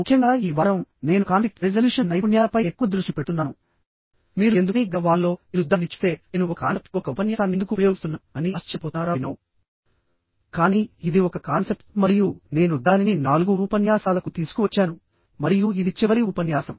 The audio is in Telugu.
ముఖ్యంగా ఈ వారం నేను కాన్ఫ్లిక్ట్ రెజల్యూషన్ నైపుణ్యాలపై ఎక్కువ దృష్టి పెడుతున్నాను మీరు ఎందుకని గత వారంలో మీరు దానిని చూస్తే నేను ఒక కాన్సెప్ట్ కు ఒక ఉపన్యాసాన్ని ఎందుకు ఉపయోగిస్తున్నాను అని ఆశ్చర్యపోతున్నారా కానీ ఇది ఒక కాన్సెప్ట్ మరియు నేను దానిని 4 ఉపన్యాసాలకు తీసుకువచ్చాను మరియు ఇది చివరి ఉపన్యాసం